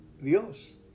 Dios